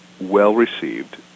well-received